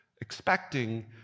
expecting